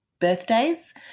birthdays